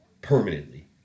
permanently